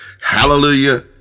Hallelujah